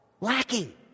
lacking